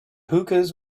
hookahs